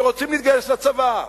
שרוצים להתגייס לצבא,